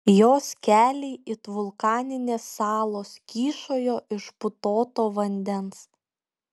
jos keliai it vulkaninės salos kyšojo iš putoto vandens